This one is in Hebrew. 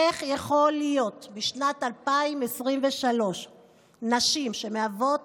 איך יכול להיות שבשנת 2023 נשים מהוות